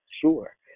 sure